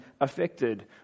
affected